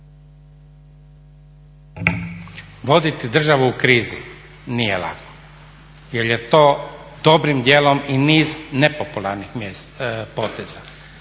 Voditi državu u krizi nije lako jer je to dobrim dijelom i niz nepopularnih poteza.